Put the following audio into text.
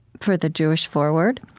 for the jewish forward,